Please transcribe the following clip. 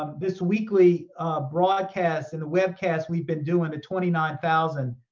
um this weekly broadcast and the webcast we've been doing, the twenty nine thousand.